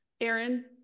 Aaron